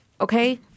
okay